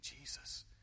Jesus